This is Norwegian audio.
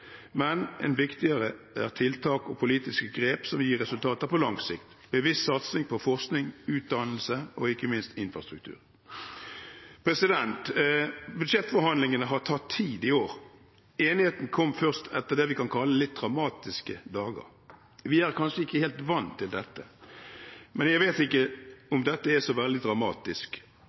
men viktigere er tiltak og politiske grep som vil gi resultater på lang sikt, bevisst satsing på forskning, utdannelse og ikke minst infrastruktur. Budsjettforhandlingene har tatt tid i år. Enigheten kom først etter det vi kan kalle litt dramatiske dager. Vi er kanskje ikke helt vant til dette, men jeg vet ikke om dette er så veldig dramatisk.